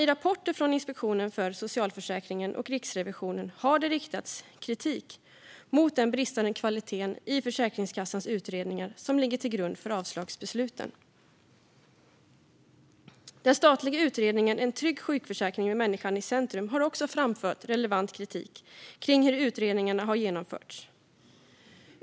I rapporter från Inspektionen för socialförsäkringen och Riksrevisionen har det riktats kritik mot den bristande kvaliteten i Försäkringskassans utredningar som ligger till grund för avslagsbesluten. Den statliga utredningen En trygg sjukförsäkring med människan i centrum har också framfört relevant kritik kring hur utredningarna har genomförts.